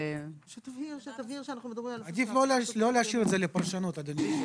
עדיף לא להשאיר את זה לפרשנות, אדוני.